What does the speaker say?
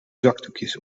zakdoekjes